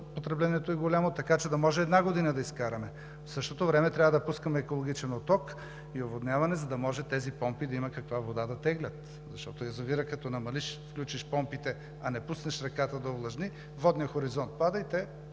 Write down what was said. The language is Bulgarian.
потреблението е голямо, така че да може една година да изкараме. В същото време трябва да пускаме екологичен отток и оводняване, за да може тези помпи да има каква вода да теглят. Язовирът, като намалиш – включиш помпите, а не пуснеш реката да овлажни, водният хоризонт пада и те